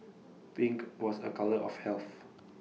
pink was A colour of health